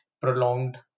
prolonged